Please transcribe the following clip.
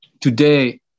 Today